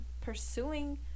pursuing